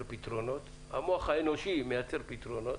פתרונות המוח האנושי מייצר פתרונות,